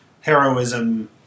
heroism